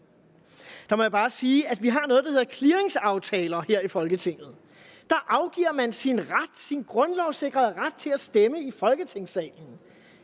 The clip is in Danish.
Der må jeg bare sige, at vi har noget, der hedder clearingsaftaler her i Folketinget. Der afgiver man sin grundlovssikrede ret til at stemme i Folketingssalen.